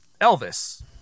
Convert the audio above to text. Elvis